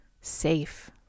safe